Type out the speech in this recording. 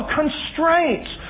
constraints